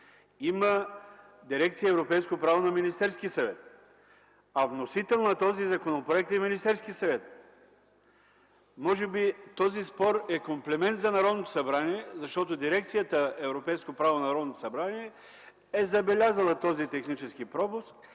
има дирекция „Европейско право” на Министерския съвет, а вносител на законопроекта е Министерският съвет. Може би този спор е комплимент за Народното събрание, защото дирекцията „Европейско право” на Народното събрание е забелязала този технически пропуск